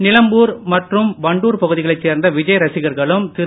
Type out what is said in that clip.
நிலாம்பூர் மற்றும் வண்டூர் பகுதிகளைச் சேர்ந்த விஜய் ரசிகர்களும் திரு